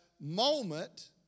moment